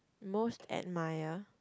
most admire